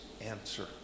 answer